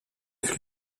flux